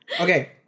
Okay